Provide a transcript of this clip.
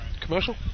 commercial